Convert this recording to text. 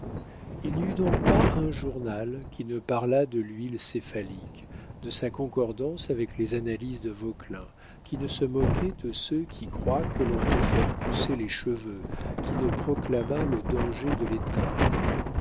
il n'y eut donc pas un journal qui ne parlât de l'huile céphalique de sa concordance avec les analyses de vauquelin qui ne se moquât de ceux qui croient que l'on peut faire pousser les cheveux qui ne proclamât le danger de